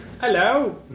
hello